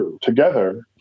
together